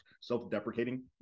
self-deprecating